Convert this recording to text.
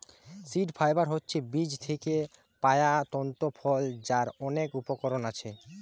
seed fibre হচ্ছে বীজ থিকে পায়া তন্তু ফল যার অনেক উপকরণ আছে